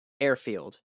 airfield